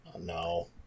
No